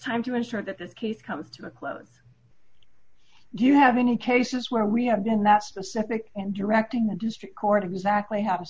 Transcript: time to ensure that this case comes to a close do you have any cases where we have been that specific in directing the district court exactly have